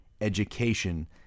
education